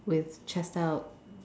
with chest out